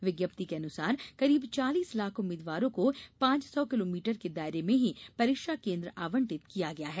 विज्ञप्ति के अनुसार करीब चालीस लाख उम्मीदवारों को पांच सौ किलोमीटर के दायरे में ही परीक्षा केन्द्र आवंटित किया गया है